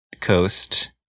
coast